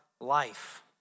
life